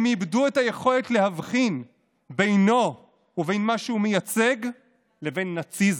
הם איבדו את היכולת להבחין בינו ומה שהוא מייצג לבין נאציזם.